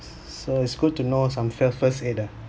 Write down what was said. so it's good to know some fir~ first aid ah